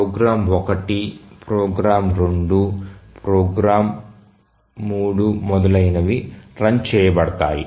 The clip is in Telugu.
ప్రోగ్రామ్ 1 ప్రోగ్రామ్ 2 మొదలైనవి రన్ చేయబడతాయి